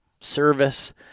service